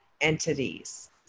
entities